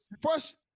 First